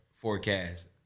forecast